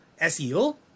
SEO